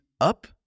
Up